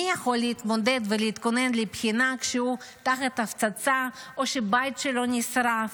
מי יכול להתמודד ולהתכונן לבחינה כשהוא תחת הפצצה או שהבית שלו נשרף?